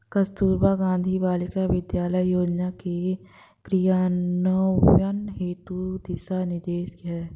कस्तूरबा गांधी बालिका विद्यालय योजना के क्रियान्वयन हेतु क्या दिशा निर्देश हैं?